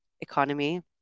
economy